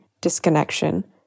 disconnection